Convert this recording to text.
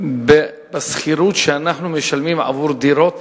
בדמי השכירות שאנחנו משלמים עבור דירות